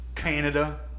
Canada